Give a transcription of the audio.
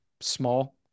small